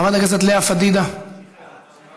חברת הכנסת לאה פדידה, מוותרת,